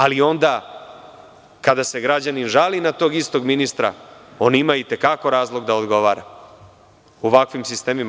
Ali onda kada se građanin žali na tog istog ministra, on ima i te kako razlog da odgovara, u ovakvim sistemima.